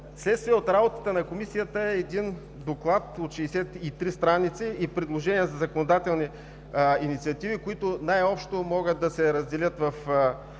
Вследствие работата на Комисията е налице доклад от 63 страници и предложения за законодателни инициативи, които най-общо могат да се разделят в